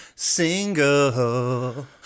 Single